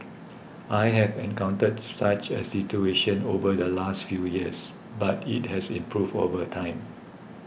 I have encountered such a situation over the last few years but it has improved over time